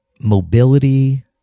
mobility